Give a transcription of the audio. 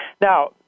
Now